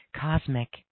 cosmic